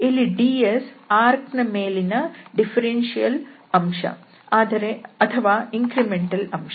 ಇಲ್ಲಿ ds arc ನ ಮೇಲಿನ ಡಿಫರೆನ್ಷಿಯಲ್ ಅಂಶ ಅಥವಾ ಇಂಕ್ರಿಮೆಂಟಲ್ ಅಂಶ